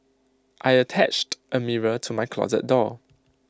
I attached A mirror to my closet door